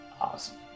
Awesome